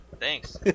thanks